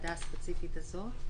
בוועדה הספציפית הזאת,